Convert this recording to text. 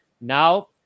Now